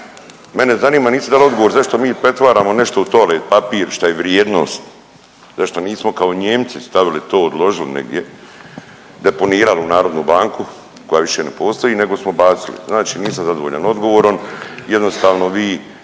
Mene zanima, niste dali odgovor zašto mi pretvaramo nešto u toalet papir, šta je vrijednost, zašto nismo kao Nijemci stavili to, odložili negdje, deponirali u Narodnu banku koja više ne postoji nego smo bacili. Znači nisam zadovoljan odgovorom, jednostavno vi